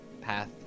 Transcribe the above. path